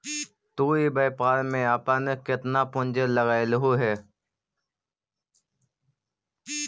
तु इ व्यापार में अपन केतना पूंजी लगएलहुं हे?